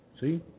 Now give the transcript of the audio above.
see